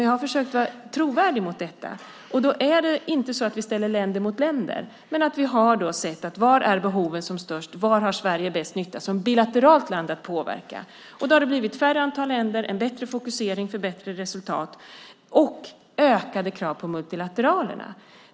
Jag har försökt vara trovärdig mot detta, och då är det inte så att vi ställer länder mot länder. Vi har sett på var behoven är som störst och var Sverige gör bäst nytta som bilateralt land och kan påverka. Då har det blivit färre länder, en bättre fokusering för bättre resultat och ökade krav på multilateralerna.